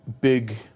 big